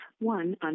one